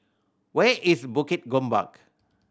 where is Bukit Gombak